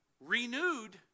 renewed